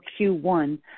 Q1